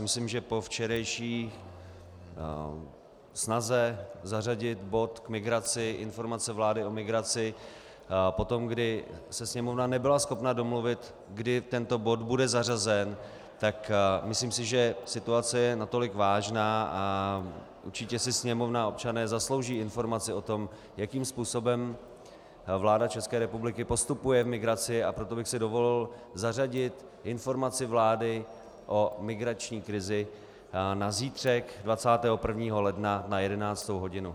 Myslím si, že po včerejší snaze zařadit bod k migraci, informace vlády o migraci, potom, kdy se Sněmovna nebyla schopna domluvit, kdy tento bod bude zařazen, tak si myslím, že situace je natolik vážná a určitě si Sněmovna i občané zaslouží informaci o tom, jakým způsobem vláda České republiky postupuje v migraci, a proto bych si dovolil zařadit informaci vlády o migrační krizi na zítřek 21. ledna na 11. hodinu.